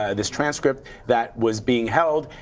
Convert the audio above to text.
ah this transcript that was being held.